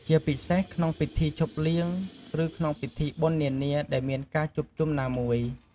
ជាពិសេសក្នុងពិធីជប់លៀង ឬក្នុងពិធីបុណ្យនានាដែលមានការជួបជុំណាមួយ។